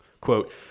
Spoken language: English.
quote